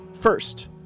first